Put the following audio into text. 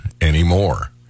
anymore